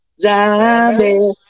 zombie